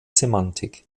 semantik